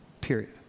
period